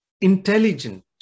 intelligent